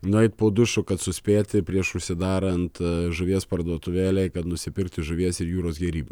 nueit po dušu kad suspėti prieš užsidarant žuvies parduotuvėlėj nusipirkti žuvies ir jūros gėrybių